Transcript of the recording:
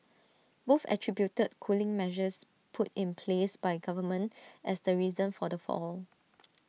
both attributed cooling measures put in place by the government as the reason for the fall